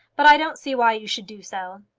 but i don't see why you should do so.